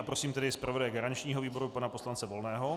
Prosím tedy zpravodaje garančního výboru pana poslance Volného.